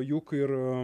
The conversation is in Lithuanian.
juk ir